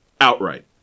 outright